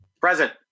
present